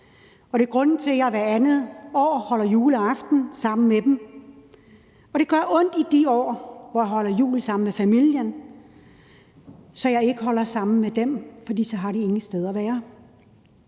og det er grunden til, at jeg hvert andet år holder juleaften sammen med dem. Og det gør ondt de år, hvor jeg holder jul sammen med familien og ikke sammen med dem, for så har de ingen steder at være.